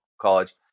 college